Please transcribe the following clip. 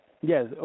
Yes